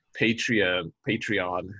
Patreon